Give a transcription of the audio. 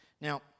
now